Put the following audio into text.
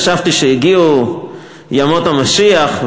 חשבתי שהגיעו ימות המשיח,